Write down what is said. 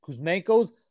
Kuzmenko's